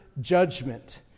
judgment